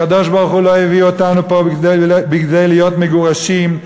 הקודש-ברוך-הוא לא הביא אותנו לפה כדי להיות מגורשים,